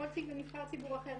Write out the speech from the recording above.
כמו כל נציג ציבור אחר,